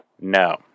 No